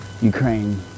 Ukraine